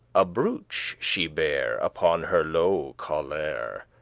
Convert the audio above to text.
a brooch she bare upon her low collere,